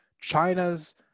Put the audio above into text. China's